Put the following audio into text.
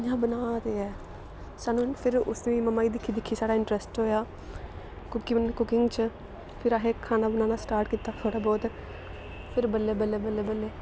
इ'यां बना दे ऐ सनूं फिर उसी मम्मा गी दिक्खी दिक्खी साढ़ा इंटरस्ट होएआ कुक कुकिंग च फिर असें खाना बनाना स्टार्ट कीता थोह्ड़ा बहुत फिर बल्लें बल्लें बल्लें बल्लें